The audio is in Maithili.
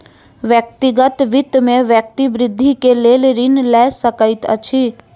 व्यक्तिगत वित्त में व्यक्ति वृद्धि के लेल ऋण लय सकैत अछि